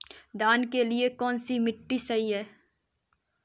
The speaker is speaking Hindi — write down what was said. धान के लिए कौन सी मिट्टी सही है?